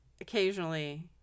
occasionally